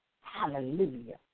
Hallelujah